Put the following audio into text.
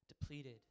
depleted